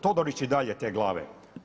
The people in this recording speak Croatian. Todorić i dalje te glave?